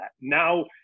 Now